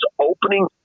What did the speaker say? opening